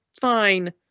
fine